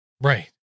Right